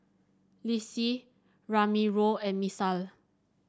Lissie Ramiro and Misael